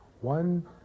one